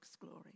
glory